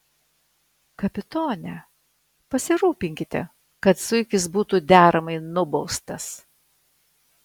kapitone pasirūpinkite kad zuikis būtų deramai nubaustas